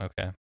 Okay